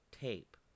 tape